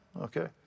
Okay